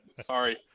Sorry